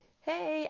Hey